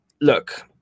Look